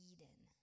Eden